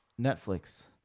Netflix